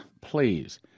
please